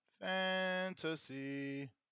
fantasy